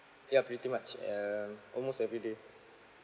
yup pretty much um almost everyday